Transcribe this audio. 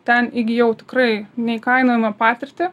ten įgijau tikrai neįkainojamą patirtį